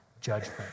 judgment